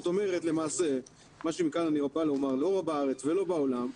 למעשה לא בארץ ולא בעולם,